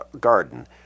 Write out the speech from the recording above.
garden